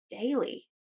daily